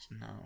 No